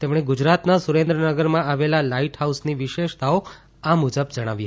તેમણે ગુજરાતના સુરેન્દ્રનગરમાં આવેલા લાઇટહાઉસની વિશેષતાઓ આ મુજબ જણાવી